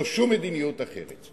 לא שום מדיניות אחרת.